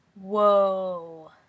Whoa